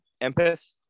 empath